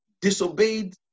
disobeyed